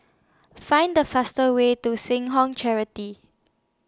Find The fastest Way to Seh Ong Charity